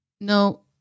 No